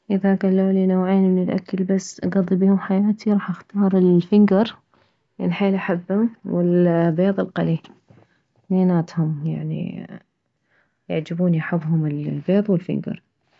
اذا كلولي نوعين من الاكل اكضي بيهم حياتي راح اختار الفنكر لان حيل احبه والبيض القلي ثنيناتهم يعني يعجبوني احبهم البيض والفنكر